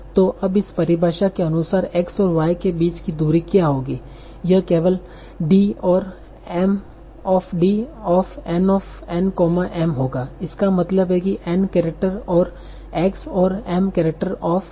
तो अब इस परिभाषा के अनुसार X और Y के बीच की दूरी क्या होगी यह केवल D और mD n m होगा इसका मतलब है कि n केरैक्टर और X और m केरैक्टर ऑफ़ Y